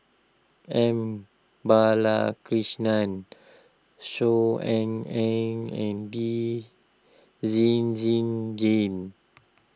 M Balakrishnan Saw Ean Ang and Lee Zhen Zhen game